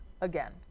again